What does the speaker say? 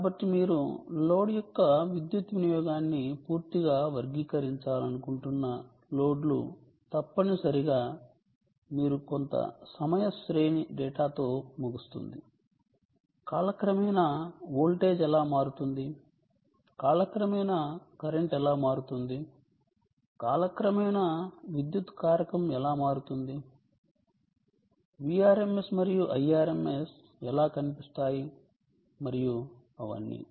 కాబట్టి మీరు లోడ్ యొక్క విద్యుత్ వినియోగాన్ని పూర్తిగా వర్గీకరించాలనుకుంటున్న లోడ్లు తప్పనిసరిగా మీరు కొంత సమయ శ్రేణి డేటాతో ముగుస్తుంది కాలక్రమేణా వోల్టేజ్ ఎలా మారుతుంది కాలక్రమేణా కరెంట్ ఎలా మారుతుంది కాలక్రమేణా విద్యుత్ కారకం ఎలా మారుతుంది Vrms మరియు Irms ఎలా కనిపిస్తాయి మరియు అవన్నీ